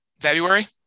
February